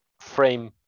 frame